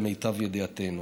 למיטב ידיעתנו.